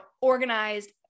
organized